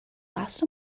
last